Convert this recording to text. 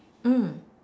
mm